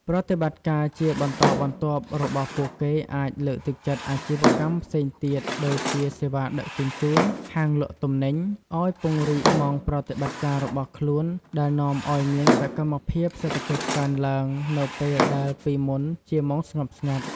ប្រតិបត្តិការជាបន្តបន្ទាប់របស់ពួកគេអាចលើកទឹកចិត្តអាជីវកម្មផ្សេងទៀត (ដូចជាសេវាដឹកជញ្ជូន ហាងលក់ទំនិញ) ឱ្យពង្រីកម៉ោងប្រតិបត្តិការរបស់ខ្លួន ដែលនាំឱ្យមានសកម្មភាពសេដ្ឋកិច្ចកើនឡើងនៅពេលដែលពីមុនជាម៉ោងស្ងប់ស្ងាត់។